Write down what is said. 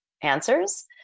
answers